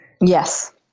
Yes